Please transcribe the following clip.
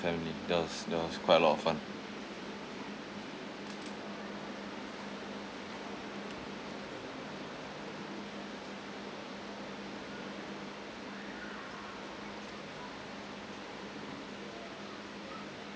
family that was that was quite a lot of fun